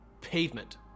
pavement